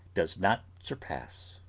does not surpass.